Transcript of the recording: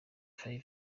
five